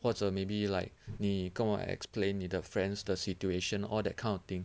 或者 maybe like 你跟我 explain 你的 friends 的 situation or that kind of thing